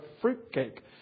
fruitcake